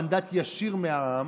מנדט ישיר מהעם,